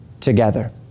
together